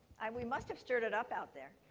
and we must have stirred it up out there.